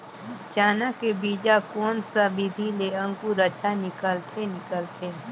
चाना के बीजा कोन सा विधि ले अंकुर अच्छा निकलथे निकलथे